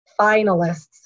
finalists